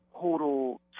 total